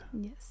yes